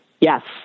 Yes